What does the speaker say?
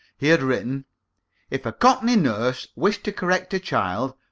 he had written if a cockney nurse wished to correct a child,